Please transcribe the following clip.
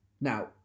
Now